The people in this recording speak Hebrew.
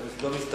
אתה לא מסתפק.